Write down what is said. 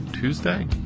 Tuesday